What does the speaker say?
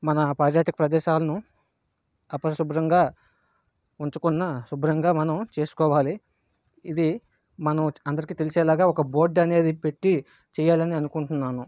మన పర్యాటక ప్రదేశాలను అపరిశుభ్రంగా ఉంచకుండా శుభ్రంగా మనం చేసుకోవాలి ఇది మనం అందరికి తెలిసేలాగా ఒక బోర్డు అనేది పెట్టి చేయాలనీ అనుకుంటున్నాను